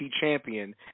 champion